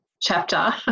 chapter